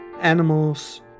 animals